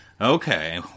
okay